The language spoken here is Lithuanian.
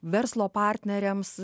verslo partneriams